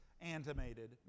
animated